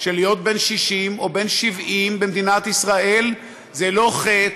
שלהיות בן 60 או בן 70 במדינת ישראל זה לא חטא,